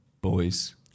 boys